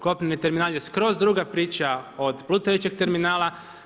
Kopneni terminal je skroz druga priča od plutajućeg terminala.